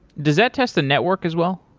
does that test the network as well?